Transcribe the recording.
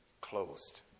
closed